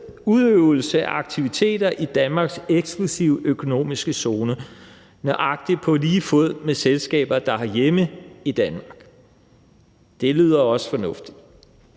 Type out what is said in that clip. udøvelse af aktiviteter i Danmarks eksklusive økonomiske zone, nøjagtig på lige fod med selskaber, der har hjemme i Danmark. Det lyder også fornuftigt.